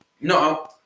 No